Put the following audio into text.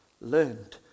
learned